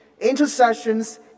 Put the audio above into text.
intercessions